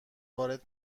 وارد